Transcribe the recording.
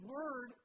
Word